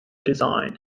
design